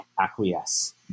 acquiesce